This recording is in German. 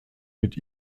mit